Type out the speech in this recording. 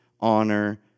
honor